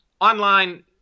Online